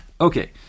Okay